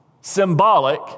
symbolic